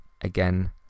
again